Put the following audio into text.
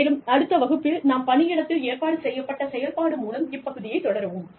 மேலும் அடுத்த வகுப்பில் நாம் பணியிடத்தில் ஏற்பாடு செய்யப்பட்ட செயல்பாடு மூலம் இப்பகுதியை தொடருவோம்